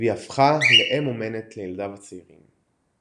והיא הפכה לאם אומנת לילדיו הצעירים.